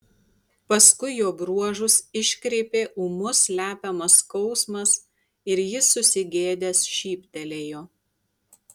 paskui jo bruožus iškreipė ūmus slepiamas skausmas ir jis susigėdęs šyptelėjo